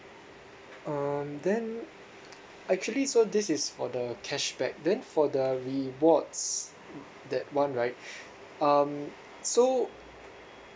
um then actually so this is for the cashback then for the rewards that [one] right um so